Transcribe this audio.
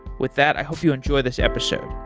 with that, i hope you enjoy this episode.